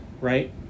Right